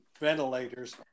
ventilators